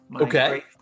Okay